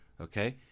Okay